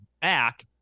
back